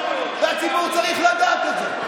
והציבור צריך לדעת את זה.